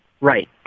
Right